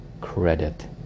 credit